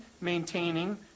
maintaining